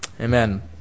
Amen